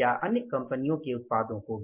या अन्य कंपनियों के उत्पादों को भी